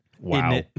wow